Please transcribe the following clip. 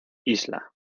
isla